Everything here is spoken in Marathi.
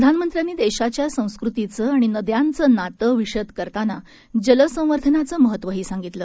प्रधानमंत्र्यांनी देशाच्या संस्कृतीचं आणि नद्यांचं नातं विषद करतानाच जलसंवर्धनाचं महत्वही सांगितलं